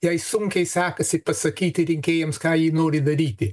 jai sunkiai sekasi pasakyti rinkėjams ką ji nori daryti